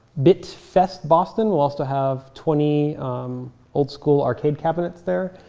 bit fest boston will also have twenty old school arcade cabinets there.